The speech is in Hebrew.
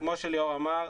כמו שליאור אמר,